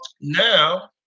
now